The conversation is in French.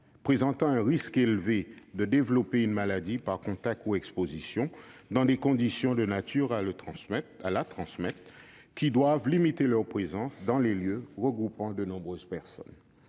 présentent un risque élevé de développer une maladie par contact ou exposition, dans des conditions de nature à transmettre cette pathologie et qui doivent limiter leur présence dans les lieux regroupant de nombreuses personnes-